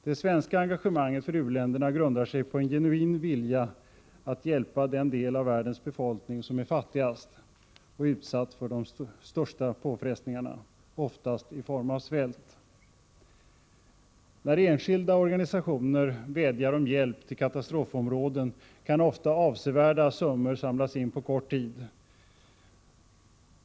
Det svenska engagemanget för u-länderna grundar sig på en genuin vilja att hjälpa den del av världens befolkning som är fattigast och utsatt för de största påfrestningarna — oftast i form av svält. När enskilda organisationer vädjar om hjälp till katastrofområden, kan ofta avsevärda summor samlas in på kort tid.